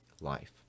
life